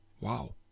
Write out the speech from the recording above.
wow